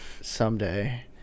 someday